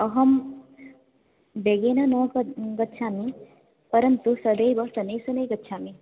अहं वेगेन न ग गच्छामि परन्तु सदैव शनैः शनैः गच्छामि